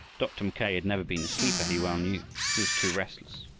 dr. mackay had never been a sleeper, he well knew. he was too restless,